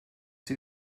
sie